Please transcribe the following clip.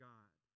God